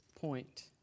point